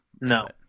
No